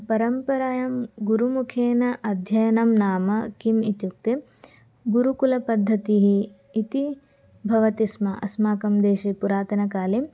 परम्परायां गुरुमुखेन अध्ययनं नाम किम् इत्युक्ते गुरुकुलपद्धतिः इति भवति स्म अस्माकं देशे पुरातनकाले